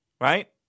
right